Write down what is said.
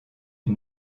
une